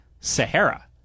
Sahara